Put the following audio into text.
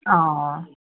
অঁ